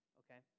okay